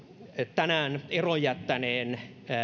tänään eronpyynnön jättäneen